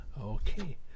Okay